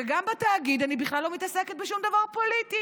גם בתאגיד אני בכלל לא מתעסקת בשום דבר פוליטי.